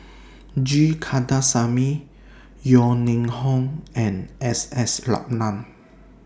G Kandasamy Yeo Ning Hong and S S Ratnam